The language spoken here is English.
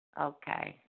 Okay